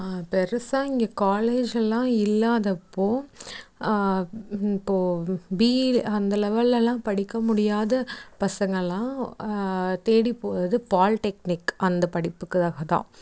பெருசாக இங்கே காலேஜெல்லாம் இல்லாதப்போ இப்போ பிஇ அந்த லெவல்லலாம் படிக்கமுடியாத பசங்களாம் தேடிப்போகறது பால்டெக்னிக் அந்த படிப்புக்காக தான்